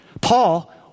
Paul